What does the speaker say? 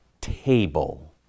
table